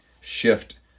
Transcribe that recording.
shift